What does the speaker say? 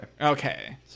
Okay